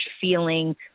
feeling